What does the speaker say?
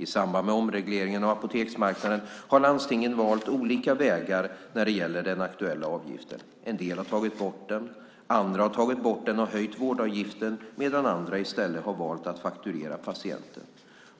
I samband med omregleringen av apoteksmarknaden har landstingen valt olika vägar när det gäller den aktuella avgiften. En del har tagit bort den, andra har tagit bort den och höjt vårdavgiften medan andra i stället har valt att fakturera patienten.